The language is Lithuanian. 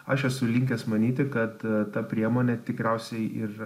aš esu linkęs manyti kad ta priemonė tikriausiai ir